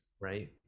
right